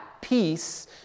peace